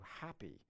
happy